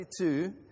22